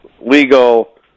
legal